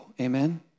Amen